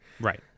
Right